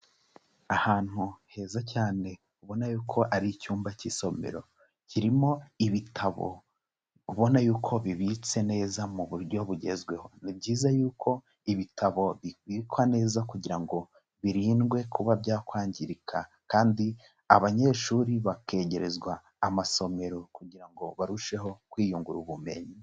Ahantu heza cyane, ubona yuko ari icyumba k'isomero. Kirimo ibitabo ubona yuko bibitse neza mu buryo bugezweho. Ni byiza yuko ibitabo bibikwa neza kugira ngo birindwe kuba byakwangirika, kandi abanyeshuri bakegerezwa amasomero kugira ngo barusheho kwiyungura ubumenyi.